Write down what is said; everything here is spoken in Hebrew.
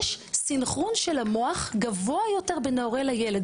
יש סנכרון של המוח גבוה יותר בין ההורה לילד.